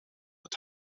het